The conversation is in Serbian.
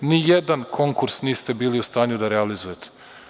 Nijedan konkurs niste bili u stanju da realizujete.